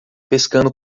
pescando